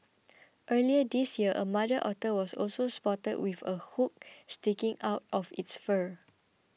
earlier this year a mother otter was also spotted with a hook sticking out of its fur